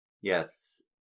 Yes